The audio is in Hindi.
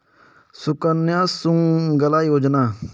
सुकन्या सुमंगला योजना क्या है?